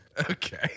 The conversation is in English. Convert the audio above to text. okay